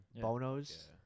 Bonos